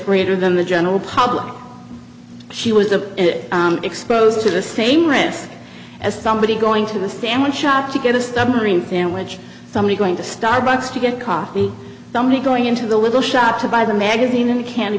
greater than the general public she was of it exposed to the same risk as somebody going to the sandwich shop to get a stammering fan which somebody's going to starbucks to get coffee somebody going into the little shop to buy the magazine in a candy